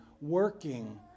working